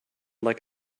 like